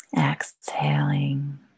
exhaling